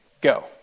Go